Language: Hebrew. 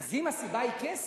אז אם הסיבה היא כסף,